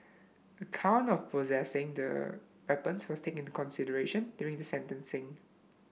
a count of possessing the weapons was taken into consideration during sentencing